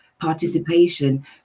participation